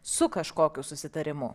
su kažkokiu susitarimu